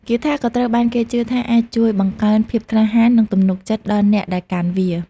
គាថាក៏ត្រូវបានគេជឿថាអាចជួយបង្កើនភាពក្លាហាន និងទំនុកចិត្តដល់អ្នកដែលកាន់វា។